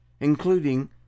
including